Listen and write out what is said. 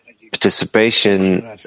participation